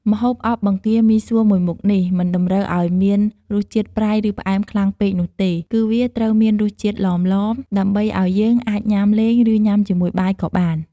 ម្ហូបអប់បង្គាមីសួរមួយមុខនេះ មិនតម្រូវឲ្យមានរសជាតិប្រៃ ឬ ផ្អែមខ្លាំងពេកនោះទេ គឺវាត្រូវមានរសជាតិឡមៗ ដើម្បីឱ្យយើងអាចញុំាលេង ឬញុំាជាមួយបាយក៏បាន។